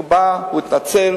הוא בא, הוא התנצל